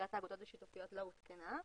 פקודת האגודות השיתופיות לא עודכנה,